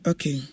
Okay